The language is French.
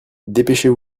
dépêchez